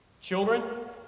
children